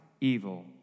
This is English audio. evil